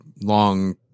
long